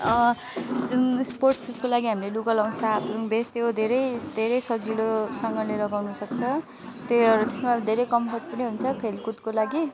जुन स्पोर्ट्स सुजको लागि हामीले लुगा लगाउँछ हाफलङ भेस्ट त्यो धेरै धेरै सजिलोसँगले लगाउनुसक्छ त्यो एउटा त्यसमा धेरै कम्फोर्ट पनि हुन्छ खेलकुदको लागि